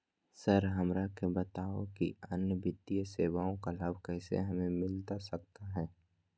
Sir हमरा के बताओ कि अन्य वित्तीय सेवाओं का लाभ कैसे हमें मिलता सकता है?